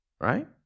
Right